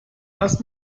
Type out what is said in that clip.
lass